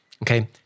okay